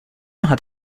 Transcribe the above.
hat